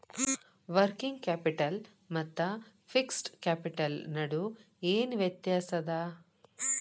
Working capital ಮತ್ತ fixed capital ನಡು ಏನ್ ವ್ಯತ್ತ್ಯಾಸದ?